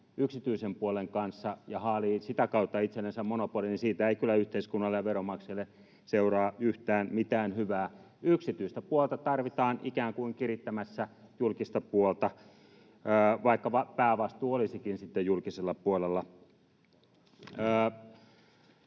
yksityisen puolen kanssa ja haalii sitä kautta itsellensä monopolia. Siitä ei kyllä yhteiskunnalle ja veronmaksajille seuraa yhtään mitään hyvää. Yksityistä puolta tarvitaan ikään kuin kirittämässä julkista puolta, vaikka päävastuu olisikin sitten julkisella puolella.